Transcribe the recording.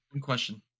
question